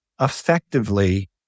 effectively